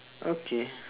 okay